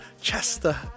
Chester